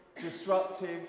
disruptive